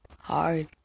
hard